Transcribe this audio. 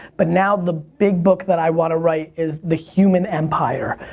but now the big book that i want to write is the human empire.